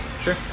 Sure